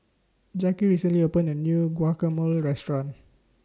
Jacque recently opened A New Guacamole Restaurant